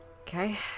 Okay